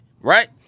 right